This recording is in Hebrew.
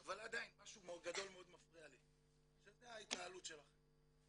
אבל עדיין משהו גדול מאוד מפריע לי שזה ההתנהלות שלכם.